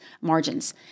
margins